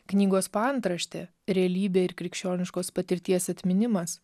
knygos paantraštė realybė ir krikščioniškos patirties atminimas